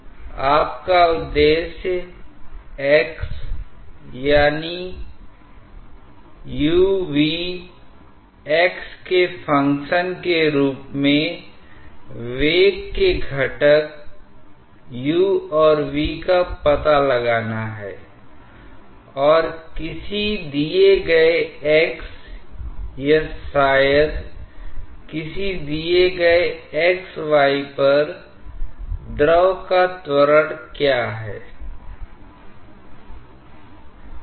देखिए अंत में यह निश्चित रूप से पाईजोमेट्रिक हेड में एक बड़ी गिरावट के रूप में परिवर्तित हो जाएगा I इसलिए यदि यह प्रवाह बिंदु 1 से बिंदु 2 तक हो रहा है पाईजोमेट्रिक हेड जो अब पिक्चर में आ रहा है पाईजोमेट्रिक ड्रॉप जोकि ब्रैकेट में दिए हुए पदों के बीच अंतर है यह आपकी आशा के अनुसार ज्यादा हो जाएगा I तो यहाँ Δh एक ऐसी इकाई है जिसे हम आसानी से मापते हैं प्रवाह दर जिसे आप सीधे नहीं मापते हैं लेकिन आप इस सूत्र का उपयोग प्रवाह दर लिखने के लिए करते हैं